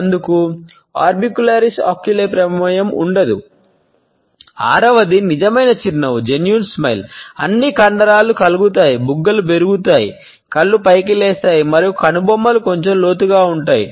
అన్ని కండరాలు కదులుతాయి బుగ్గలు పెరుగుతాయి కళ్ళు పైకి లేస్తాయి మరియు కనుబొమ్మలు కొంచెం లోతుగా ఉంటాయి